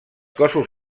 cossos